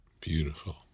Beautiful